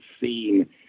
seen